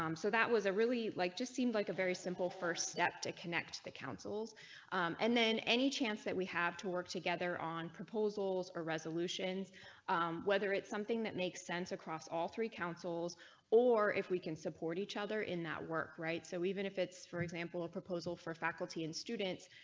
um so that was a really like just seemed like a very simple first step to connect the councils and then any chance that we have to work together on proposals or resolutions whether it's something that makes sense across all three. councils or if we can support each other in that work, right? so even if it's for example, a proposal for faculty and students.